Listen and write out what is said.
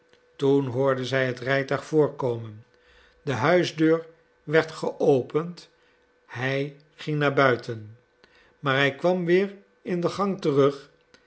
toen hoorde zij het rijtuig voorkomen de huisdeur werd geopend hij ging naar buiten maar hij kwam weer in den gang terug